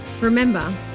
Remember